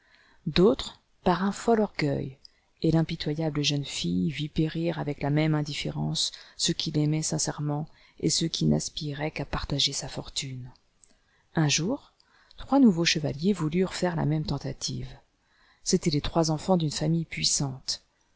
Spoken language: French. d'autres par un fol orgueil et l'impitoyable jeune tille vit périr avec la même indifférence ceux qui l'aimaient sincèrement et ceux qui n'aspiraient qu'à partager sa fortune un jour trois nouveaux chevaliers voulurent faire la même tentative c'étaient les trois enfants d'une famille puissante